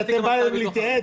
לפני שנצביע,